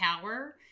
power